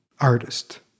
artist